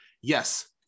Yes